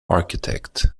architect